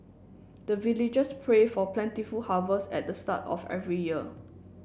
the villagers pray for plentiful harvest at the start of every year